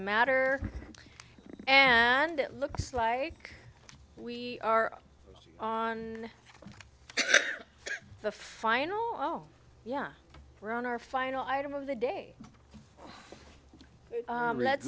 matter and it looks like we are on the final oh yeah we're on our final item of the day